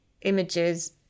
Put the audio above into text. images